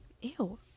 Ew